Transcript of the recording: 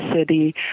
City